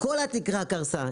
וכל התקרה קרסה.